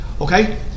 Okay